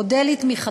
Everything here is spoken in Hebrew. אודה על תמיכתכם.